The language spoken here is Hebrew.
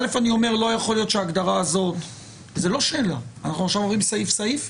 אנחנו עוברים עכשיו סעיף-סעיף,